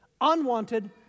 Unwanted